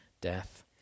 death